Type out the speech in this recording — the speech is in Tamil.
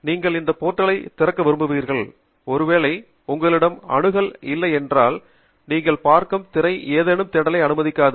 நீங்கள் இந்த போர்ட்டலை திறக்க விரும்புவீர்கள்ஒருவேளை உங்களிடம் அணுகல் இல்லை என்றால் நீங்கள் பார்க்கும் திரை ஏதேனும் தேடலைத் அனுமதிக்காது